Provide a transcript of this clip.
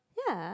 ya